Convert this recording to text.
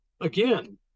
again